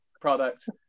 product